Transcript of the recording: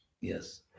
Yes